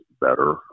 better